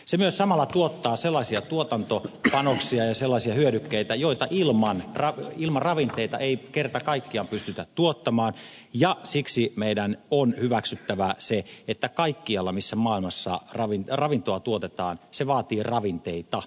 se myös samalla tuottaa sellaisia tuotantopanoksia ja sellaisia hyödykkeitä joita ilman ravinteita ei kerta kaikkiaan pystytä tuottamaan ja siksi meidän on hyväksyttävä se että kaikkialla missä maailmassa ravintoa tuotetaan se vaatii ravinteita